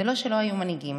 זה לא שלא היו מנהיגים,